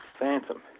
Phantom